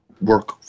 work